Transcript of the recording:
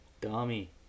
dummy